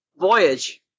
Voyage